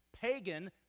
Pagan